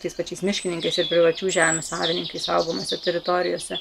tais pačiais miškininkais ir privačių žemių savininkais saugomose teritorijose